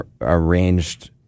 arranged